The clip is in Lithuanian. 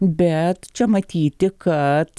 bet čia matyti kad